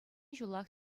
ҫулах